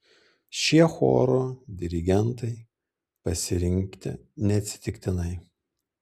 šie choro dirigentai pasirinkti neatsitiktinai